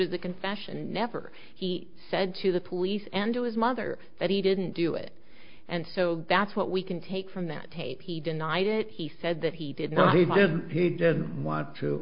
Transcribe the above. as a confession and never he said to the police and to his mother that he didn't do it and so that's what we can take from that tape he denied it he said that he did not believe he didn't want t